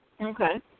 Okay